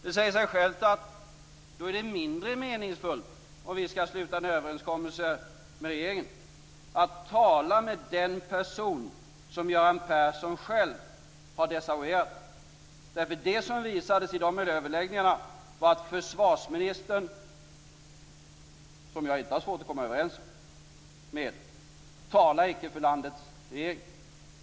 Det säger sig självt att då är det mindre meningsfullt, om vi skall sluta en överenskommelse med regeringen, att tala med den person som Göran Persson själv har desavouerat. Det som visades i de överläggningarna var att försvarsministern - som jag inte har svårt att komma överens med - icke talar för landets regering.